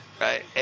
right